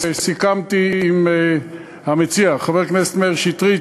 וסיכמתי עם המציע חבר הכנסת מאיר שטרית